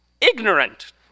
ignorant